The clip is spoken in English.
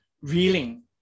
reeling